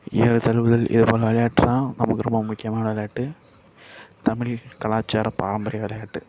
ஏறு தழுவுதல் விளையாட்லாம் நமக்கு ரொம்ப முக்கியமான விளையாட்டு தமிழ் கலாச்சார பாரம்பரிய விளையாட்டு